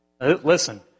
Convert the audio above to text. Listen